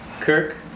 kirk